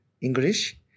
English